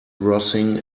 grossing